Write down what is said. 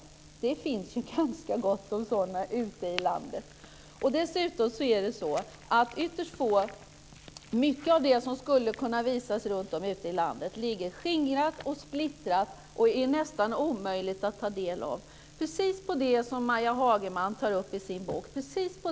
Det finns ju ganska gott om sådana ute i landet. Dessutom ligger mycket av det som skulle kunna visas ute i landet skingrat och splittrat och är nästan omöjligt att ta del av. Det är precis detta som Maja Hagerman tar upp i sin bok.